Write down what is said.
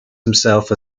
himself